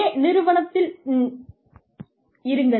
ஒரே நிறுவநனத்தில் நெனெக்லா நீங்கள் நிறுவனத்துடன் இருங்கள்